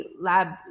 lab